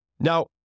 Now